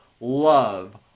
love